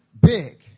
big